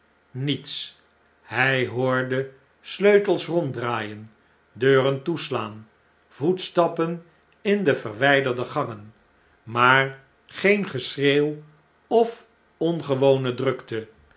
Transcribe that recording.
niets hij hoorde sleutels ronddraaien deuren toeslaan voetstappen in de verwijderde gangen maar geen geschreeuw of ongewone drukte